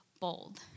bold